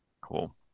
Cool